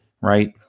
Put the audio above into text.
right